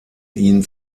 ihn